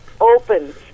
opens